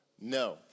No